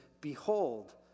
Behold